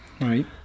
Right